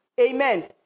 Amen